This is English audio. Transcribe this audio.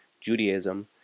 Judaism